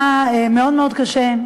היה מאוד מאוד קשה,